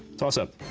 toss-up.